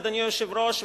אדוני היושב-ראש,